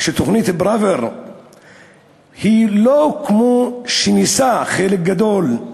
שתוכנית פראוור היא לא כמו שניסה חלק גדול,